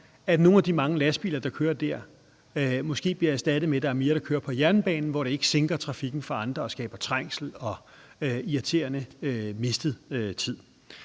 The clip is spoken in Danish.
at nogle af de mange lastbiler, som kører der, måske bliver erstattet med, at der er mere, der kører på jernbanen, hvor det ikke sinker trafikken for andre og skaber trængsel og irriterende mistet tid.